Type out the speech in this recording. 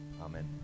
Amen